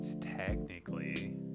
Technically